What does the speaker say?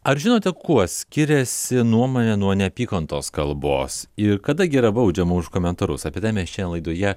ar žinote kuo skiriasi nuomonė nuo neapykantos kalbos ir kada gi yra baudžiama už komentarus apie tai mes šiandien laidoje